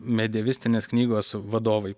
medievistinės knygos vadovai